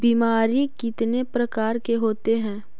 बीमारी कितने प्रकार के होते हैं?